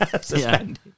Suspended